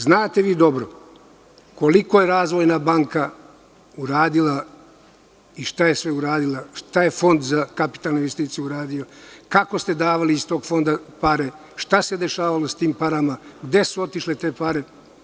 Znate vi dobro koliko je „Razvojna banka“ uradila i šta je sve uradila, šta je Fond za kapitalne investicije uradio, kako ste davali iz tog Fonda pare, šta se dešavalo s tim parama, gde su otišle te pare?